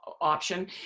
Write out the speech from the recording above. option